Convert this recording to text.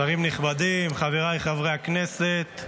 שרים נכבדים, חבריי חברי הכנסת,